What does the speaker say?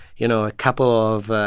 you know, a couple of,